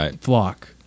flock